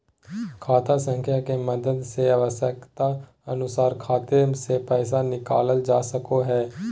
खाता संख्या के मदद से आवश्यकता अनुसार खाते से पैसा निकालल जा सको हय